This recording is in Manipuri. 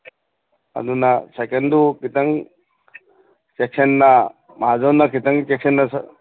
ꯑꯗꯨꯅ ꯁꯥꯏꯀꯜꯗꯨ ꯈꯤꯇꯪ ꯆꯦꯛꯁꯟꯅ ꯃꯍꯥꯖꯣꯟꯅ ꯈꯤꯇꯪ ꯆꯦꯛꯁꯤꯟꯅ